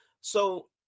So-